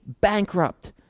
bankrupt